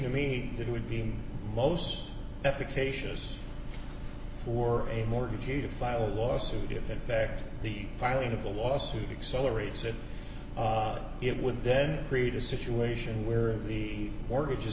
to me that would be most efficacious for a mortgagee to file a lawsuit if in fact the filing of the lawsuit accelerates or it would then create a situation where the mortgage is